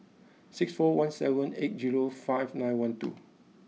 six four one seven eight five nine one two